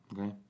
okay